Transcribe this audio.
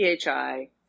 PHI